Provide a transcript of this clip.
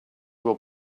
will